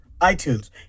iTunes